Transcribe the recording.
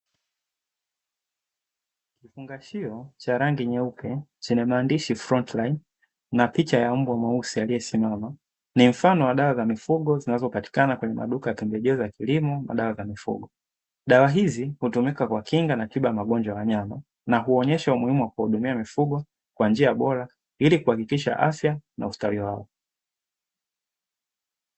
Kifungashio cha rangi nyeupe chenye maandishi na picha ya mbwa mweusi aliyesimama, ni mfano wa dawa za mifugo zinazopatikana kwenye maduka ya pembejeo za kilimo na dawa za mifugo, dawa hizi hutumika kwa kinga na tiba ya magonjwa ya wanyama na huonyesha umuhimu wa kuwahudumia mifugo kwa njia bora ili kuhakikisha afya na ustawi wao.